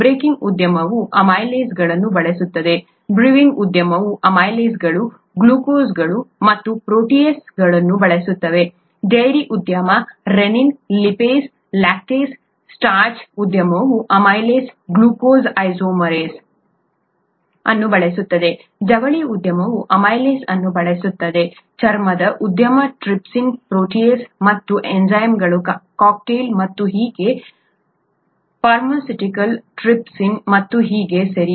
baking ಉದ್ಯಮವು ಅಮೈಲೇಸ್ಗಳನ್ನು ಬಳಸುತ್ತದೆ ಬ್ರೂಯಿಂಗ್ ಉದ್ಯಮವು ಅಮೈಲೇಸ್ಗಳು ಗ್ಲುಕನೇಸ್ಗಳು ಮತ್ತು ಪ್ರೋಟಿಯೇಸ್ಗಳನ್ನು ಬಳಸುತ್ತದೆ ಡೈರಿ ಉದ್ಯಮ ರೆನ್ನಿನ್ ಲಿಪೇಸ್ ಲ್ಯಾಕ್ಟೇಸ್ ಸ್ಟಾರ್ಚ್ ಉದ್ಯಮವು ಅಮೈಲೇಸ್ ಗ್ಲೂಕೋಸ್ ಐಸೋಮರೇಸ್ ಅನ್ನು ಬಳಸುತ್ತದೆ ಜವಳಿ ಉದ್ಯಮವು ಅಮೈಲೇಸ್ ಅನ್ನು ಬಳಸುತ್ತದೆ ಚರ್ಮದ ಉದ್ಯಮ ಟ್ರಿಪ್ಸಿನ್ ಪ್ರೋಟೀಸ್ ಮತ್ತು ಎನ್ಝೈಮ್ಗಳ ಕಾಕ್ಟೇಲ್ ಮತ್ತು ಹೀಗೆ ಫಾರ್ಮಾಸ್ಯುಟಿಕಲ್ಸ್ ಟ್ರಿಪ್ಸಿನ್ ಮತ್ತು ಹೀಗೆ ಸರಿ